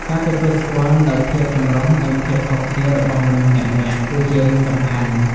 ការទទួលស្គាល់នូវភាពចម្រុះនិងភាពខុសគ្នារបស់មនុស្សម្នាក់ៗគឺជារឿងសំខាន់។